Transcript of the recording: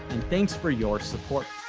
and thanks for your support.